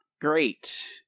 great